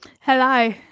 hello